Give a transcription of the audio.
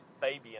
baby